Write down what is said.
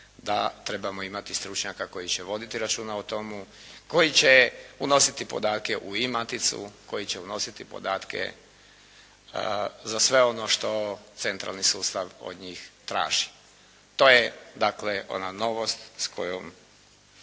da trebamo imati stručnjaka koji će voditi računa o tomu, koji će unositi podatke u e-maticu, koji će unositi podatke za sve ono što centralni sustav od njih traži. To je dakle ona novost s kojom